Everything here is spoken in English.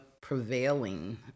prevailing